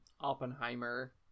oppenheimer